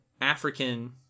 African